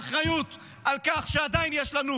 האחריות על כך שעדיין יש לנו